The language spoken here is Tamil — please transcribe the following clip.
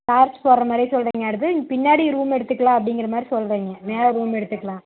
போடுற மாதிரி சொல்றீங்க அடுத்து பின்னாடி ரூம் எடுத்துக்கலாம் அப்டிங்கிறா மாதிரி சொல்கிறீங்க மேலே ரூம் எடுத்துக்கலாம்